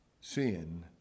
Sin